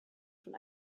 schon